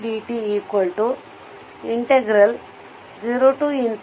e t x 80